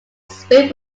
swim